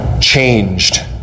changed